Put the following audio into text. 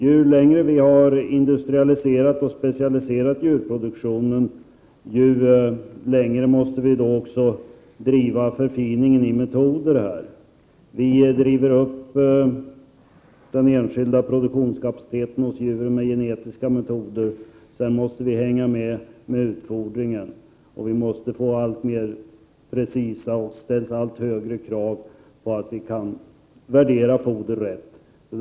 Ju mer vi industrialiserar och specialiserar djurproduktionen, desto längre måste vi driva förfiningen i metoder. Vi driver upp produktionskapaciteten hos de enskilda djuren med genetiska metoder. Sedan måste vi hänga med när det gäller utfodringen. Det ställs allt högre krav på att vi kan värdera foder riktigt.